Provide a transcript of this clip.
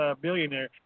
billionaire